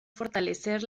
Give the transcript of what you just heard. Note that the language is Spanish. fortalecer